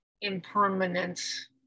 impermanence